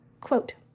Quote